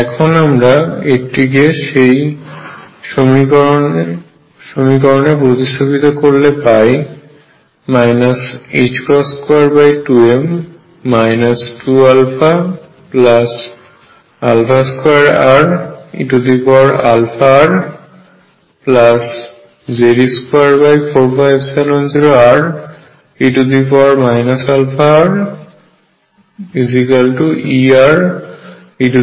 এখন আমরা এটিকে সেই সমীকরণে প্রতিস্থাপিত করলে পাই 22m 2α2re αr Ze24π0re αrEre αr